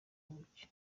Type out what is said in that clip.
buki